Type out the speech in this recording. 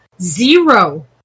zero